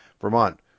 Vermont